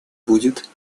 будет